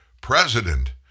President